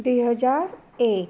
दुई हजार एक